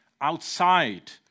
outside